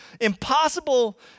impossible